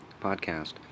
podcast